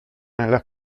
nella